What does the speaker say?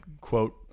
quote